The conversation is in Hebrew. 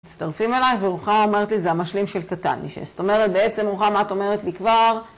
מצטרפים אליי, ורוחמה אומרת לי זה המשלים של קטן, שזאת אומרת בעצם רוחמה, את אומרת לי כבר?